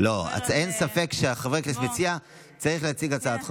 אין ספק שחבר כנסת מציע צריך להציג הצעת חוק.